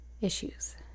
issues